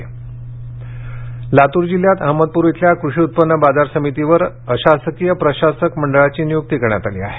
बाजार समिती लातूर जिल्ह्यात अहमदपूर इथल्या कृषी उत्पन्न बाजार समितीवर अशासकीय प्रशासक मंडळाची नियुक्ती करण्यात आली आहे